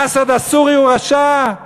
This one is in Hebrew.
אסד הסורי הוא רשע,